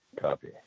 copy